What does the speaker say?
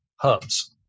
hubs